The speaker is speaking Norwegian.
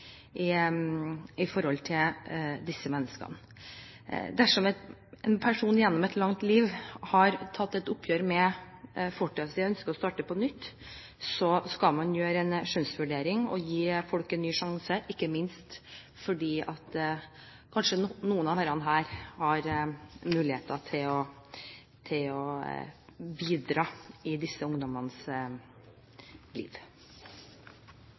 slett, i forhold til disse menneskene. Dersom en person gjennom et langt liv har tatt et oppgjør med fortiden sin og ønsker å starte på nytt, skal man gjøre en skjønnsvurdering og gi folk en ny sjanse, ikke minst fordi kanskje noen av dem kan ha muligheter til å bidra i disse ungdommenes liv.